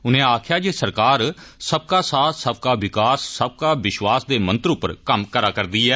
उनें आक्खेया जे सरकार सबका साथ सबका विकास सबका विश्वास दे मंत्र उप्पर कम्म करा करदी ऐ